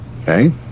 Okay